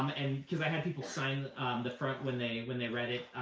because i had people sign the front when they when they read it,